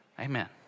Amen